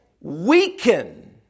weaken